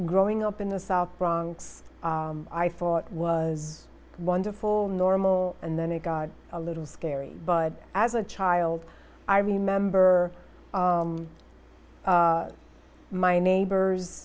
growing up in the south bronx i thought it was wonderful normal and then it got a little scary but as a child i remember my neighbors